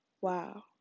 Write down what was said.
wow